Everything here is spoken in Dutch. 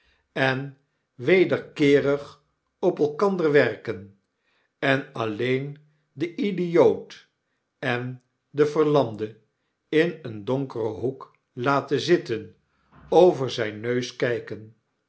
en wederkeerig op elkander werken en alleen den idioot en den verlamden in een donkeren hoek laten zitten over zijn neus kyken